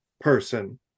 person